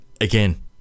again